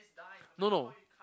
no no